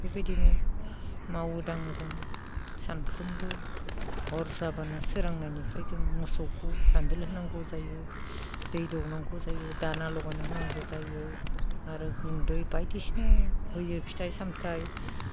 बेबायदिनो मावो दाङो जों सानफ्रोमबो हर जाबानो सोरांनायनिफ्राय जों मोसौखौ दान्दोल होनांगौ जायो दै दौनांगौ जायो दाना लगायना होनांगौ जायो आरो गुन्दै बायदिसिना होयो फिथाइ सामथाय